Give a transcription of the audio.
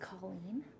Colleen